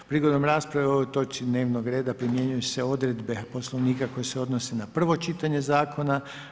Prigodom rasprave o ovoj točci dnevnog reda primjenjuju se odredbe Poslovnika koje se odnose na prvo čitanje zakona.